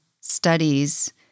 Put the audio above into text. studies